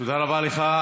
תודה רבה לך.